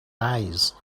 eyes